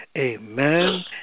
amen